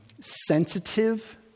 sensitive